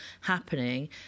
happening